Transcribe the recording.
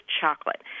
chocolate